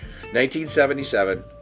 1977